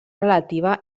relativa